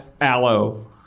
aloe